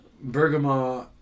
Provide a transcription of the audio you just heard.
bergamot